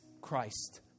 Christ